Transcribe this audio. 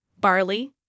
barley